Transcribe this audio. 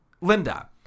Linda